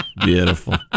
Beautiful